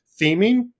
theming